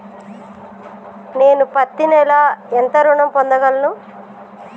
నేను పత్తి నెల ఎంత ఋణం పొందగలను?